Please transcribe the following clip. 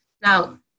Now